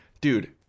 dude